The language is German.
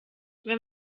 wenn